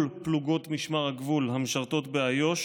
כל פלוגות משמר הגבול המשרתות באיו"ש,